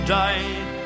died